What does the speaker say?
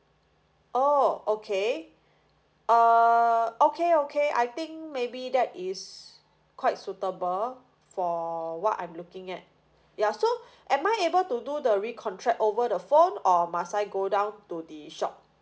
oh okay uh okay okay I think maybe that is quite suitable for what I'm looking at ya so am I able to do the recontract over the phone or must I go down to the shop